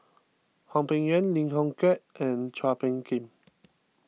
Hwang Peng Yuan Lim Chong Keat and Chua Phung Kim